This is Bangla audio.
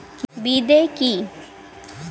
বিদে কি?